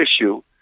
issue